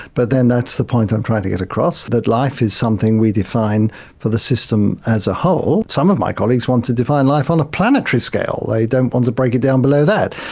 but then that's the point i'm trying to get across, that life is something we define for the system as a whole. some of my colleagues want to define life on planetary scale, they don't want to break it down below that.